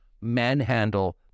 manhandle